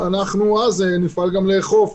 לפקחי הרשות אין סמכות להיכנס לבתי מגורים.